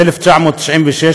התשנ"ו 1996,